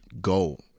Goal